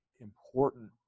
important